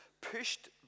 pushed